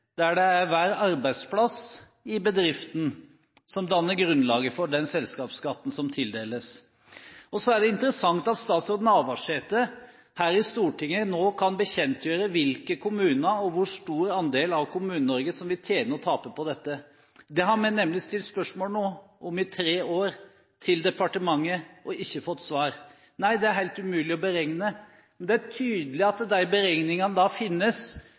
der det er hver arbeidsplass i bedriften som danner grunnlaget for den selskapsskatten som tildeles. Så er det interessant at statsråd Navarsete her i Stortinget nå kan bekjentgjøre hvilke kommuner og hvor stor andel av Kommune-Norge som vil tjene og tape på dette. Det har vi nemlig stilt spørsmål til departementet om i tre år og ikke fått svar – nei, det er helt umulig å beregne. Men det er tydelig at de beregningene da finnes,